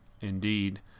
indeed